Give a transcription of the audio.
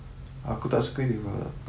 A_R